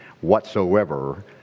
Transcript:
whatsoever